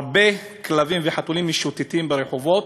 הרבה כלבים וחתולים משוטטים ברחובות,